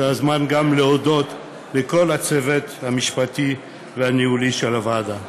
זה הזמן גם להודות לכל הצוות המשפטי והניהולי של הוועדה.